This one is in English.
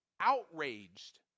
outraged